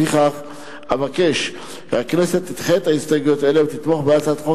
לפיכך אבקש כי הכנסת תדחה הסתייגויות אלה ותתמוך בהצעת החוק